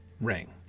ring